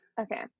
Okay